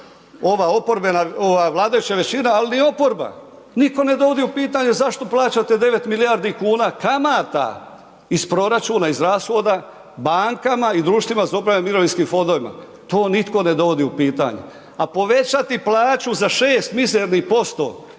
nego ova vladajuća većina, al ni oporba, nitko ne dovodi u pitanje zašto plaćate 9 milijardi kuna kamata iz proračuna, iz rashoda, bankama i društvima za upravljanje mirovinskim fondovima, to nitko ne dovodi u pitanje, a povećati plaću za 6 mizernih